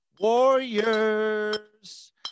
Warriors